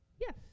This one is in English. Yes